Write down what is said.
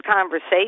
conversation